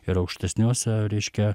ir aukštesniuose reiškia